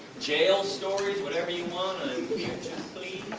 jail stories, whatever you want i'm here to please.